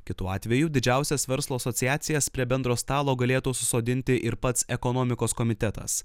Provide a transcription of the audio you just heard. kitu atveju didžiausias verslo asociacijas prie bendro stalo galėtų susodinti ir pats ekonomikos komitetas